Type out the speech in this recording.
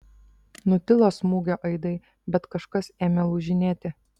nutilo smūgio aidai bet kažkas ėmė lūžinėti